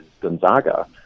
Gonzaga